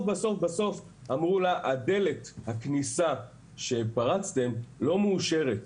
בסוף אמרו לה שדלת הכניסה שפרצו לא מאושרת,